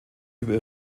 über